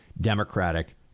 Democratic